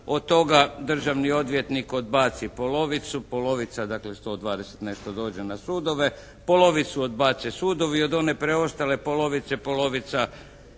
Od toga državni odvjetnik odbaci polovicu, polovica, dakle 120, nešto dođe na sudove. Polovicu odbace sudovi. Od one preostale polovice polovica